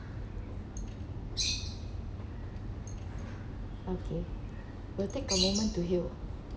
okay will take a moment to heal